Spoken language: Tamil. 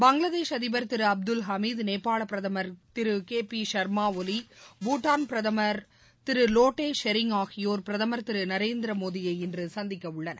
பங்களாதேஷ் அதிபர் திருஅப்துல் ஹமீது நேபாளபிரதமர் திருகேபி ஷர்மாஜலி பூடான் பிரதமர் திருலோட்டேஷெரிங் ஆகியோர் பிரதமர் திருநரேந்திரமோடியை இன்றுசந்திக்கஉள்ளனர்